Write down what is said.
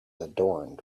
adorned